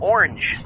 Orange